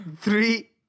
Three